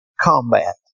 combat